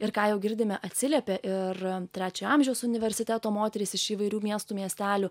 ir ką jau girdime atsiliepė ir trečiojo amžiaus universiteto moterys iš įvairių miestų miestelių